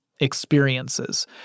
experiences